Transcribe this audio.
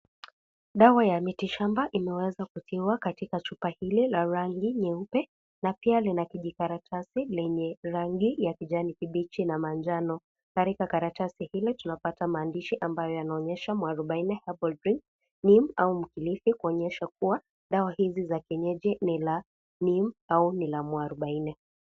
Dawa ya miti shamba, imeweza kutiwa katika chupa hili la rangi nyeupe na pia lina kijikaratasi lenye rangi ya kijani kibichi na manjano. Katika karatasi hili, tunapata maandishi ambayo yanaonyesha Muarubaini Herbal Drink(Neem/Mkilifi) ,kuonyesha kuwa dawa hizi za kienyeji ni la neem au ni la muarubaini.